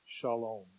shalom